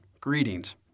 greetings